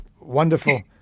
wonderful